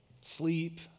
sleep